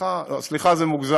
סליחה לא, סליחה זה מוגזם,